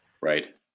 right